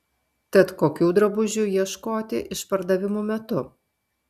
tad kokių drabužių ieškoti išpardavimų metu